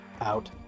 out